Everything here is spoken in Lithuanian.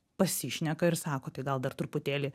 pasišneka ir sako tai gal dar truputėlį